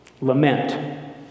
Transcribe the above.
Lament